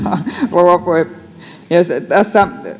rouva puhemies tässä